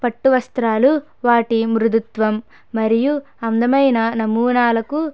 పట్టువస్త్రాలు వాటి మృదుత్వం మరియు అందమైన నమూనాలకు